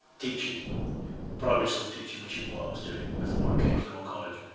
teaching primary school teaching, which is what i was doing before i came to the royal college.